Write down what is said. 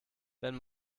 wenn